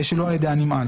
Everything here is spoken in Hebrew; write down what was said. שלא על ידי הנמען.